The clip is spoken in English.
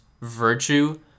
virtue